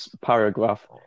paragraph